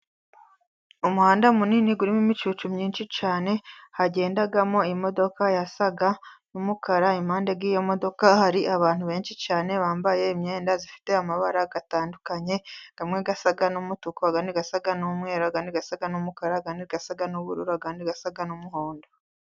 Umuhanda munini urimo imicucu myinshi cyane, hagendamo imodoka isa n'umukara, impande y'iyo modoka hari abantu benshi cyane, bambaye imyenda ifite amabara atandukanye amwe asa n'umutuku, andi asa n'umweru, andi asa n'umukara, andi asa n'ubururu, kandi Andi asa n'umuhondo.